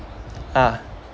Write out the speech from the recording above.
ah